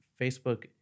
Facebook